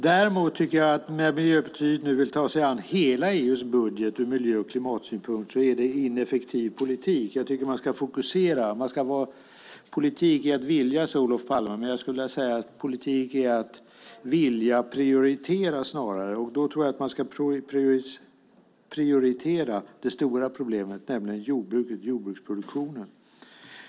Däremot tycker jag att det nu när Miljöpartiet vill ta sig an hela EU:s budget ur miljö och klimatsynpunkt är ineffektiv politik. Jag tycker att man ska fokusera. Politik är att vilja, sade Olof Palme, men jag skulle vilja säga att politik snarare är att vilja prioritera. Då tror jag att man ska prioritera det stora problemet, nämligen jordbruket och jordbruksproduktionen.